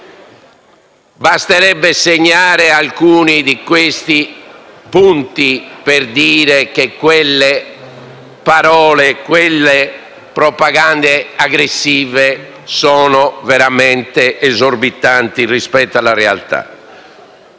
Basterebbe segnalare alcuni di questi punti per dire che quelle parole e quelle propagande aggressive sono veramente esorbitanti rispetto alla realtà.